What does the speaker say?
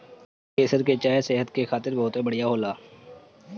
केसर के चाय सेहत खातिर बहुते बढ़िया होला